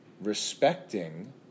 respecting